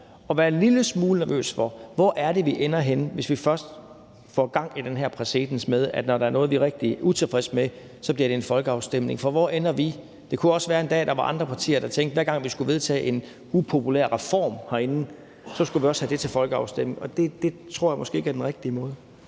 at være en lille smule nervøs for, hvor vi ender henne, hvis vi først får gang i den her præcedens, at når der er noget, vi er rigtig utilfredse med, så skal vi have en folkeafstemning. For hvor ender vi? Det kunne også være, der en dag var andre partier, der tænkte: Hver gang vi skal vedtage en upopulær reform herinde, skal vi også have det til folkeafstemning. Det tror jeg måske ikke er den rigtige måde.